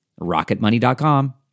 rocketmoney.com